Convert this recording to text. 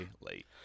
late